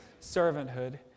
servanthood